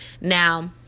now